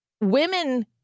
women